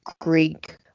Greek